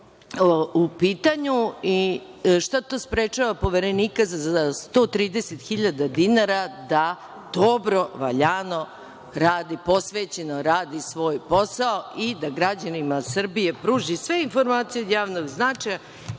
u pitanju, šta to sprečava poverenika za 130 hiljada dinara da dobro, valjano, posvećeno radi svoj posao i da građanima Srbije pruži sve informacije od javnog značaja